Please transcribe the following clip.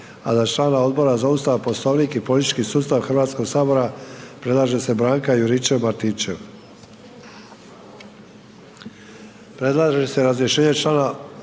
Hvala